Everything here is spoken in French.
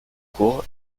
court